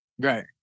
Right